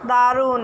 দারুণ